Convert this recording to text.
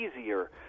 easier